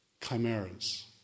chimeras